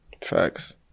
Facts